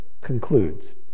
concludes